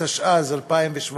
התשע"ז 2017,